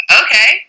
okay